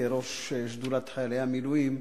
כראש שדולת חיילי המילואים,